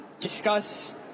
discuss